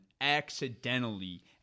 accidentally